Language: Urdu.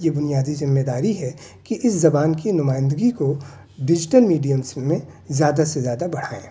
یہ بنیادی ذمّہ داری ہے کہ اِس زبان کی نمائندگی کو ڈیجیٹل میڈیمس میں زیادہ سے زیادہ بڑھائیں